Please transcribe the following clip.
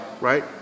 right